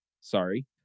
sorry